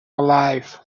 alive